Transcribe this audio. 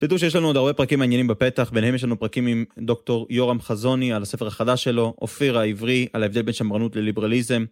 תדעו שיש לנו עוד הרבה פרקים מעניינים בפתח, ביניהם יש לנו פרקים עם דוקטור יורם חזוני על הספר החדש שלו, אופיר העברי על ההבדל בין שמרנות לליברליזם.